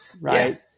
right